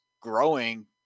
growing